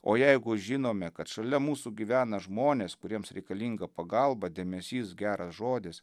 o jeigu žinome kad šalia mūsų gyvena žmonės kuriems reikalinga pagalba dėmesys geras žodis